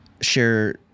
Share